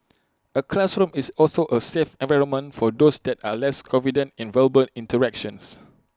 A classroom is also A safe environment for those that are less confident in verbal interactions